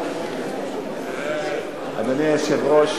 אדוני היושב-ראש,